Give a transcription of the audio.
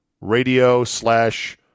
radio-slash-